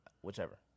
Whichever